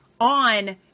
on